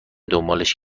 دنبالش